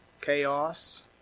chaos